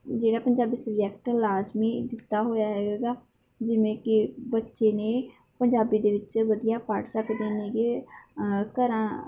ਜਿਹੜਾ ਪੰਜਾਬੀ ਸਬਜੈਕਟ ਲਾਜ਼ਮੀ ਦਿੱਤਾ ਹੋਇਆ ਹੈਗਾ ਗਾ ਜਿਵੇਂ ਕਿ ਬੱਚੇ ਨੇ ਪੰਜਾਬੀ ਦੇ ਵਿੱਚ ਵਧੀਆ ਪੜ੍ਹ ਸਕਦੇ ਹੈਗੇ ਘਰਾਂ